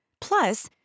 Plus